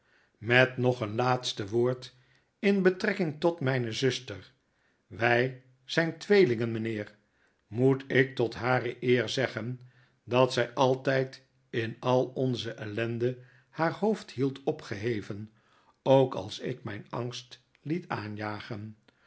met nog een laatste woord in betrekking tot mgne zuster wy zyntweelingen mynheer moet ik tot hare eer zeggen dat zyaltydinal onze ellende haar hoofd hield opgeheven ook als ik my angst liet aanjagen